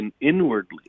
inwardly